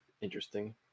interesting